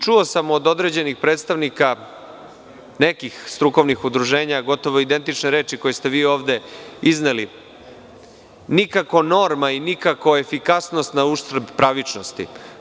Čuo sam od određenih predstavnika nekih strukovnih udruženja gotovo identične reči koje ste vi ovde izneli - nikako norma i nikako efikasnost na uštrb pravičnosti.